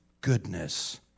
goodness